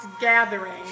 gathering